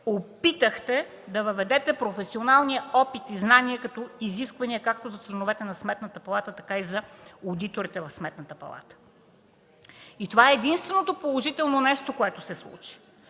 опитахте да въведете професионалния опит и знания като изисквания както за членовете на Сметната палата, така и за одиторите в Сметната палата. Това е единственото положително нещо, което се случи.